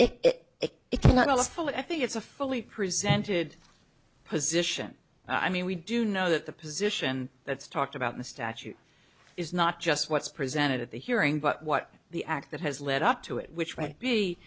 it i think it's a fully presented position i mean we do know that the position that's talked about in the statute is not just what's presented at the hearing but what the act that has led up to it which read be